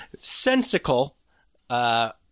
sensical